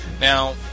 Now